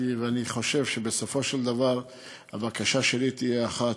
ואני חושב שבסופו של דבר הבקשה שלי תהיה אחת,